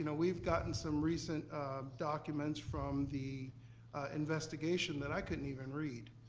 and we've gotten some recent documents from the investigation that i couldn't even read.